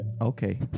Okay